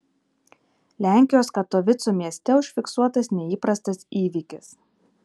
lenkijos katovicų mieste užfiksuotas neįprastas įvykis